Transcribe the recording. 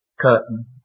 curtain